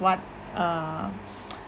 what uh